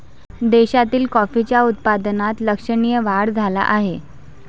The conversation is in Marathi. देशातील कॉफीच्या उत्पादनात लक्षणीय वाढ झाला आहे